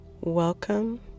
Welcome